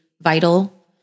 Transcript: vital